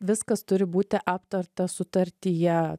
viskas turi būti aptarta sutartyje